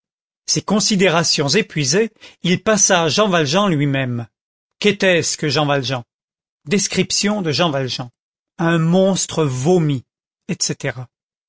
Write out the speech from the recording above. ces considérations épuisées il passa à jean valjean lui-même qu'était-ce que jean valjean description de jean valjean un monstre vomi etc